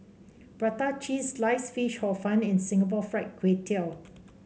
Prata Cheese Sliced Fish Hor Fun and Singapore Fried Kway Tiao